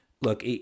look